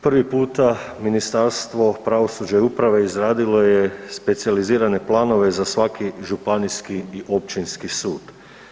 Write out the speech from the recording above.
Prvi puta Ministarstvo pravosuđa i uprave izradilo je specijalizirane planove za svaki županijski i općinski sud.